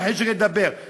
אין לי חשק לדבר,